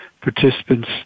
participants